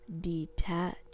detach